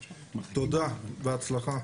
תודה, בהצלחה.